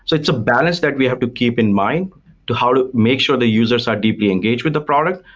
it's a balance that we have to keep in mind to how to make sure the users are deeply engaged with the product,